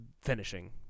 finishing